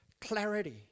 clarity